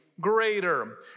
Greater